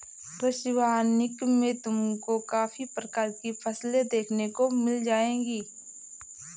कृषि वानिकी में तुमको काफी प्रकार की फसलें देखने को मिल जाएंगी